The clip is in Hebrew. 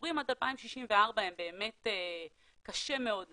הדיבורים עד 2064 באמת קשה מאוד לדעת,